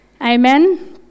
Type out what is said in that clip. Amen